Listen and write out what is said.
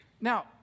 Now